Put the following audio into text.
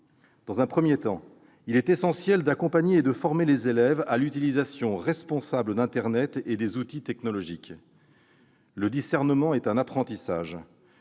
Dans un premier temps, il est essentiel d'accompagner et de former les élèves à l'utilisation responsable d'internet et des outils technologiques. Le discernement est un apprentissage.